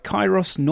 Kairos